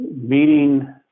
meeting